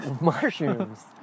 mushrooms